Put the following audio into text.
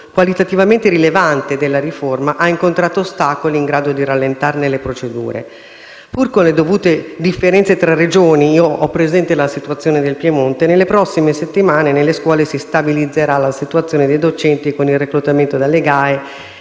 qualitativamente rilevante della riforma, ha incontrato ostacoli in grado di rallentarne le procedure. Pur con le dovute differenze tra Regioni - personalmente ho presente la situazione del Piemonte - nelle prossime settimane nelle scuole si stabilizzerà la situazione dei docenti con il reclutamento dalle GAE